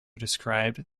described